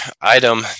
item